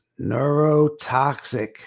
neurotoxic